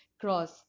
cross